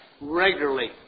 regularly